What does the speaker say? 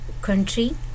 country